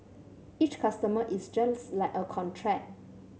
each customer is just like a contract